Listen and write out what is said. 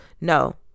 No